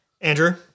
Andrew